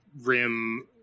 rim